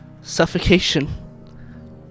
Suffocation